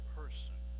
person